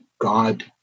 God